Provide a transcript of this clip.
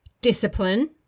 discipline